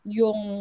yung